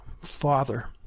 Father